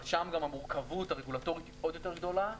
אבל שם גם המורכבות הרגולטורית עוד יותר גדולה.